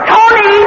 Tony